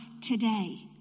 today